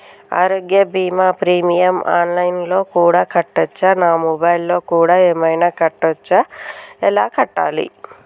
ఆరోగ్య బీమా premium online లో కూడా కట్టచ్చా? నా మొబైల్లో కూడా ఏమైనా కట్టొచ్చా? ఎలా కట్టాలి?